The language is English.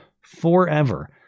forever